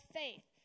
faith